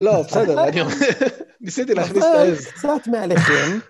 לא, בסדר, אני הולך, ניסיתי להכניס את העז. קצת מעליכם